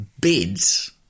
bids